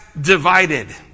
divided